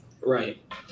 Right